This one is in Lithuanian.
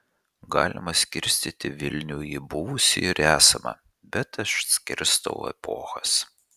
galima skirstyti vilnių į buvusį ir esamą bet aš skirstau epochas